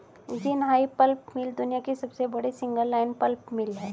Jinhai pulp mill दुनिया की सबसे बड़ी सिंगल लाइन पल्प मिल है